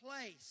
place